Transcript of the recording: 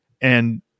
And-